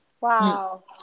Wow